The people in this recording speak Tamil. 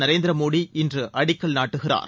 நரேந்திர மோடி இன்று அடிக்கல் நாட்டுகிறார்